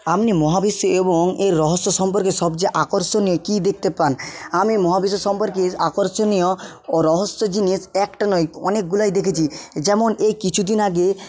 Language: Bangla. আপনি মহাবিশ্বে এবং এর রহস্য সম্পর্কে সবচেয়ে আকর্ষণীয় কী দেখতে পান আমি মহাবিশ্ব সম্পর্কে আকর্ষণীয় ও রহস্য জিনিস একটা নয় অনেকগুলাই দেখেছি যেমন এই কিছু দিন আগে